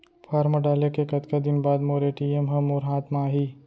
Form डाले के कतका दिन बाद मोर ए.टी.एम ह मोर हाथ म आही?